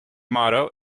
motto